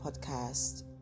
podcast